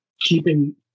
keeping